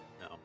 no